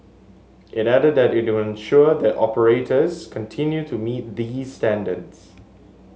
it added that it will ensure that the operators continue to meet these standards